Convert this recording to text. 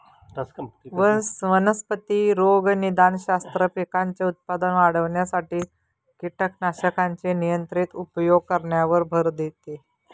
वनस्पती रोगनिदानशास्त्र, पिकांचे उत्पादन वाढविण्यासाठी कीटकनाशकांचे नियंत्रित उपयोग करण्यावर भर देतं